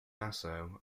nassau